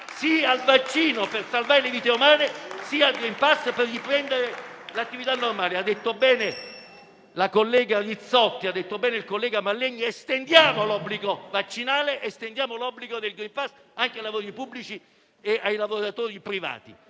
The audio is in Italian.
sì al vaccino per salvare le vite umane, sì al *green pass* per riprendere l'attività normale. Hanno detto bene la collega Rizzotti e il collega Mallegni: estendiamo l'obbligo vaccinale, estendiamo l'obbligo del *green pass* anche ai lavori pubblici e ai lavoratori privati.